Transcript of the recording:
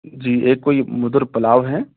جی ایک کوئی مدر پلاؤ ہیں